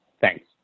Thanks